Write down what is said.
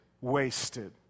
Wasted